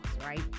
right